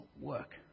work